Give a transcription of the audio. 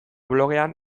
blogean